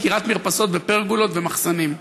סגירת מרפסות ופרגולות ומחסנים.